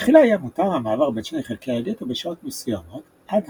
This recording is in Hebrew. בתחילה היה מותר המעבר בין שני חלקי הגטו בשעות מסוימות עד